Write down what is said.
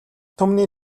түмний